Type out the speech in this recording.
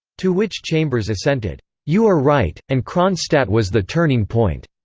to which chambers assented, you are right, and kronstadt was the turning point.